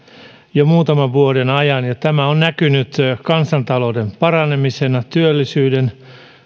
jo muutaman vuoden ajan ja tämä on näkynyt kansantalouden paranemisena työllisyyden